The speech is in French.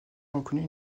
reconnu